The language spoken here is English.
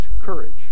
courage